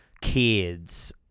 kids